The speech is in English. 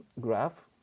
graph